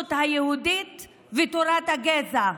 בעליונות היהודית ובתורת הגזע.